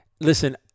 listen